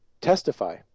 testify